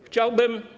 Chciałbym.